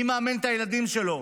מי מאמן את הילדים שלו.